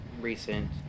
recent